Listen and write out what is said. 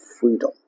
freedom